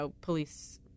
police